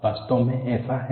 वास्तव में ऐसा है